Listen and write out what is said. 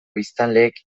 biztanleek